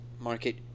market